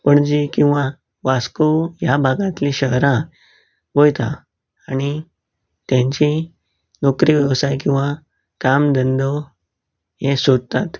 पणजे किंवां वास्को ह्या भागांतले शहरां वयता आनी तेंची नोकरी वेवसाय किंवां काम धंदो हें सोदतात